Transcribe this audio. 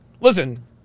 Listen